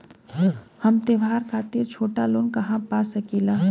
हम त्योहार खातिर छोटा लोन कहा पा सकिला?